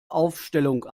aufstellung